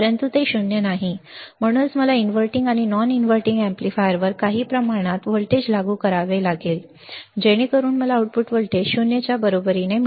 परंतु ते 0 नाही म्हणूनच मला इन्व्हर्टिंग आणि नॉन इनव्हर्टिंग एम्पलीफायरवर काही प्रमाणात व्होल्टेज लागू करावे लागेल जेणेकरून मला आउटपुट व्होल्टेज ० च्या बरोबरीने मिळेल